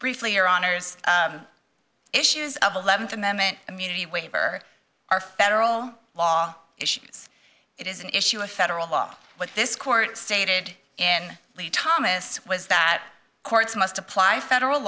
briefly your honour's issues of eleventh amendment immunity waiver are federal law issues it is an issue of federal law but this court stated in lee thomas was that courts must apply federal